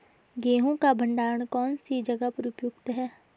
गेहूँ का भंडारण कौन सी जगह पर उपयुक्त है?